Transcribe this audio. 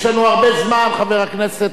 יש לנו הרבה זמן, חבר הכנסת.